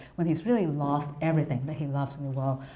when he's really lost everything that he loves in the world.